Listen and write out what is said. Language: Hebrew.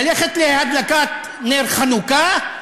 ללכת להדלקת נר חנוכה,